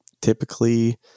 typically